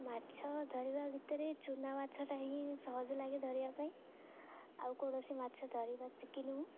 ମାଛ ଧରିବା ଭିତରେ ଚୁନା ମାଛଟା ହିଁ ସହଜ ଲାଗେ ଧରିବା ପାଇଁ ଆଉ କୌଣସି ମାଛ ଧରିବା ଶିଖିନୁ